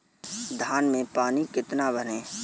धान में पानी कितना भरें?